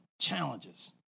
challenges